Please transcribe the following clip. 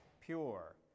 pure